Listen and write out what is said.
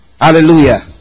Hallelujah